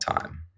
time